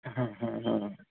হ্যাঁ হ্যাঁ হ্যাঁ হ্যাঁ